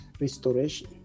restoration